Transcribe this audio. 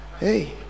hey